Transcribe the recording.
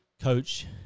coach